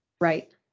Right